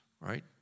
right